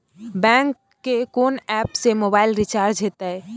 Bank के कोन app से मोबाइल रिचार्ज हेते?